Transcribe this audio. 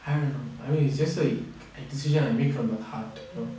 I don't know I mean it's just so a decision I made from the heart you know